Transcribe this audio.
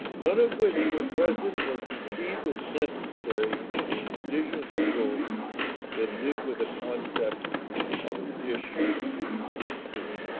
none of which were present or conceived as necessary in indigenous world that live with a concept of a dish with one spoon.